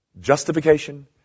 Justification